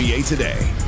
today